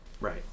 Right